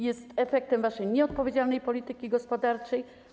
Jest on efektem waszej nieodpowiedzialnej polityki gospodarczej.